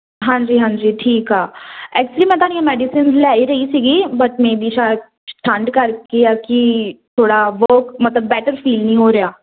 ਹਾਂਜੀ ਹਾਂਜੀ ਠੀਕ ਆ ਐਕਚੁਲੀ ਮੈਂ ਤੁਹਾਡੀਆਂ ਮੈਡੀਸਿਨਜ ਲੈ ਹੀ ਰਹੀ ਸੀਗੀ ਬਟ ਮੇ ਬੀ ਸ਼ਾਇਦ ਠੰਡ ਕਰਕੇ ਆ ਕਿ ਥੋੜ੍ਹਾ ਬਹੁਤ ਮਤਲਬ ਬੈਟਰ ਫੀਲ ਨਹੀਂ ਹੋ ਰਿਹਾ